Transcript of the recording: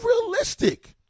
realistic